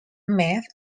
matt